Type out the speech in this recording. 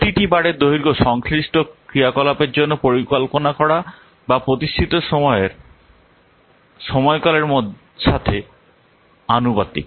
প্রতিটি বারের দৈর্ঘ্য সংশ্লিষ্ট ক্রিয়াকলাপের জন্য পরিকল্পনা করা বা প্রত্যাশিত সময়ের সময়কালের সাথে আনুপাতিক